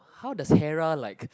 how does Hera like